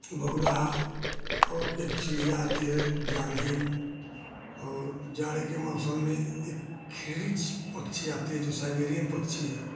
बगुला कौकेट चिड़िया आती है जान्गिल और जाड़े के मौसम में एक खिरीच पक्षी आती है जो साइबेरियन पक्षी है